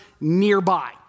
nearby